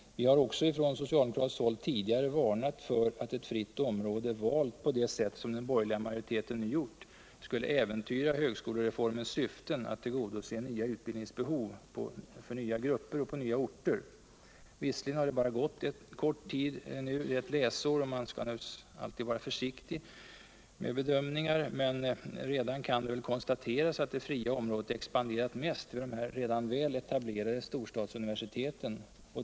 Vi har också från socialdemokratuiskt håll udigare varnat för att ov fritt område, valt på det sätt som den borgerliga majoriteten nu gjort. skulle äventyra högskolereformens syfte att tillgodose nya utbildningsbehov hos nya grupper och på nya orter. Visserligen har det bara gått en kort tid än — ett läsår — och man skall naturligtvis alluid vara försiktig i sina bedömningar. men redan nu kan det konstateras at det fria området expanderat mest vid de redan väl etablerade storstadsuniversiteten.